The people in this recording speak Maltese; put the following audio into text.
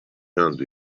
għandu